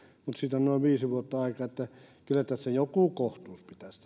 siitä on noin viisi vuotta aikaa kyllä tässä touhussa joku kohtuus pitäisi